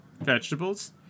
vegetables